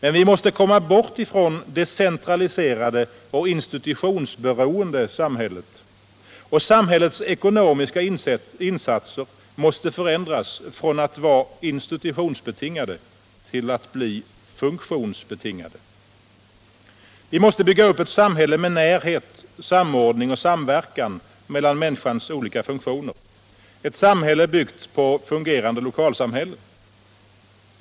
Men vi måste komma bort från det centraliserade och institutionsberoende samhället, och samhällets ekonomiska insatser måste förändras från att vara institutionsbetingade till att bli funktionsbetingade. Vi måste bygga upp ett samhälle med närhet, samordning och samverkan mellan människans olika funktioner, ett samhälle byggt på fungerande lokalsamhällen.